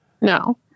No